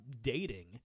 dating